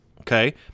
Okay